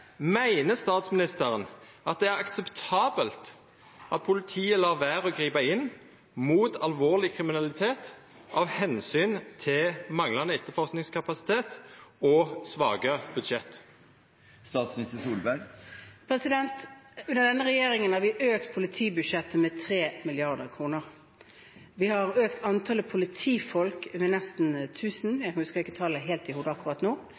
Meiner statsministeren at det er akseptabelt at politiet lèt vera å gripa inn mot alvorleg kriminalitet av omsyn til manglande etterforskingskapasitet og svake budsjett? Denne regjeringen har økt politibudsjettet med 3 mrd. kr. Vi har økt antallet politifolk med nesten 1 000 – jeg har ikke tallet i